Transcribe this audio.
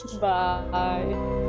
Bye